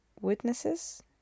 witnesses